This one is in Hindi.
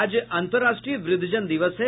आज अंतर्राष्ट्रीय वृद्धजन दिवस है